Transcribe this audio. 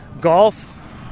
golf